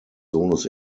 sohnes